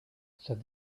said